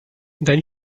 then